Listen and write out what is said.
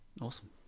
awesome